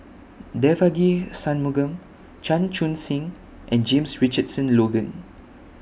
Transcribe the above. Devagi Sanmugam Chan Chun Sing and James Richardson Logan